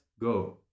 go